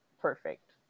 perfect